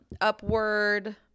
upward